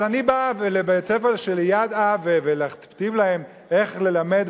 אז אני בא לבית-הספר של ליד"ה להכתיב להם איך ללמד,